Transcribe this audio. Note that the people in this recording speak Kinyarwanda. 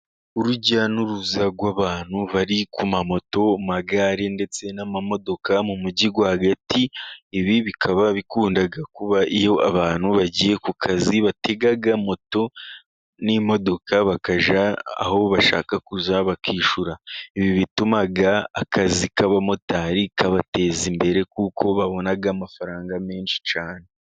Urujya n'uruza rw'abantu bari ku ma moto, amagare, ndetse n'amamodoka mu mujyi rwagati, ibi bikaba bikunda kuba iyo abantu bagiye ku kazi batega moto n'imodoka, bakajya aho bashaka kujya bakishyura, ibi bituma akazi k' abamotari kabateza imbere, kuko babona amafaranga menshi cyane.